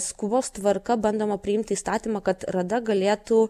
skubos tvarka bandoma priimti įstatymą kad rada galėtų